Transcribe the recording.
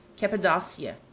Cappadocia